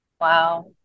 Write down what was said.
wow